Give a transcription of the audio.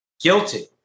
guilty